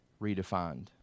redefined